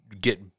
get